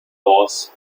laws